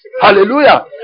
Hallelujah